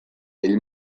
ell